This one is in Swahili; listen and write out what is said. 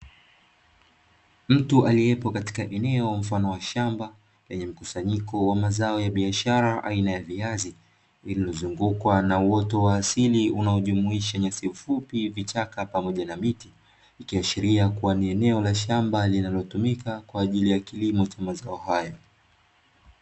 Mtu aliepo katika eneo mfano wa shamba, lenye mkusanyiko wa mazao biashara aina ya viazi, lililozungukwa na uoto wa asili unaojumuisha nyasi fupi, vichaka pamoja na mti ikiashiria kuwa ni eneo la shamba linalotumika kwa ajili ya kilimo cha mazao hayo.